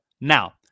Now